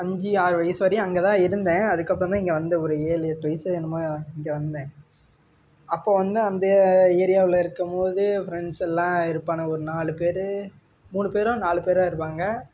அஞ்சு ஆறு வயசு வரையும் அங்கே தான் இருந்தேன் அதுக்கப்புறந்தான் இங்கே வந்தேன் ஒரு ஏழு எட்டு வயசு என்னமோ இங்கே வந்தேன் அப்போது வந்து அந்த ஏரியாவில் இருக்கும் போது ஃப்ரெண்ட்ஸ் எல்லாம் இருப்பான் ஒரு நாலு பேரு மூணு பேரோ நாலு பேரோ இருப்பாங்க